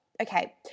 okay